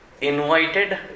invited